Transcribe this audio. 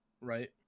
Right